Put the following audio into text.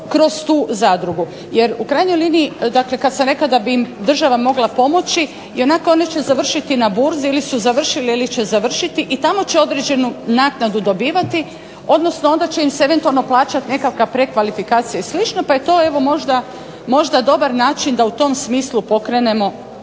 kroz tu zadrugu. Jer u krajnjoj liniji, dakle kad sam rekla da bi im država mogla pomoći, ionako one će završiti na burzi ili su završile, ili će završiti, i tamo će određenu naknadu dobivati, odnosno onda će im se eventualno plaćati nekakva prekvalifikacija i slično, pa je to evo možda dobar način da u tom smislu pokrenemo